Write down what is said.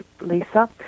Lisa